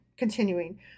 Continuing